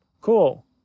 cool